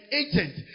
agent